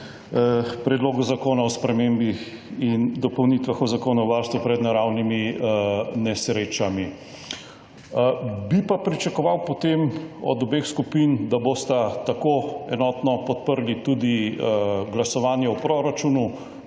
predlogu zakona o spremembah in dopolnitvah o Zakonu o varstvu pred naravnimi nesrečami. Bi pa pričakoval, potem od obeh skupin, da bosta tako enotno podprli tudi glasovanje o proračunu